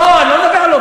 קשה להסתדר,